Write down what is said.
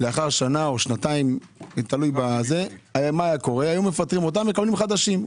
אחרי שנה או שנתיים היו מפטרים אותם ומקבלים חדשים.